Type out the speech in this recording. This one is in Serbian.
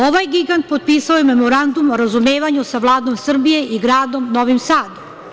Ovaj gigant potpisao je Memorandum o razumevanju sa Vladom Srbije i gradom Novim Sadom.